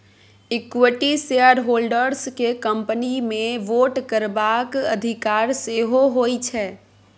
equity shareholders केँ company मे vote करबाक अधिकार सेहो होइ छै